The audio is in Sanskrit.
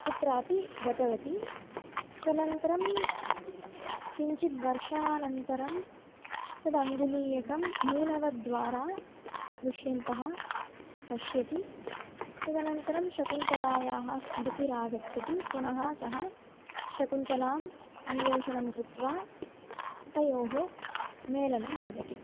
कुत्रापि गतवती तदनन्तरं किञ्चिद्वर्षानन्तरं तदङ्गुलीयकं मीनवद्वारा दुष्यन्तः पश्यति तदनन्तरं शकुन्तलायाः स्मृतिरागच्छति पुनः सः शकुन्तलाम् अन्वेषणं कृत्वा तयोः मेलनं भवति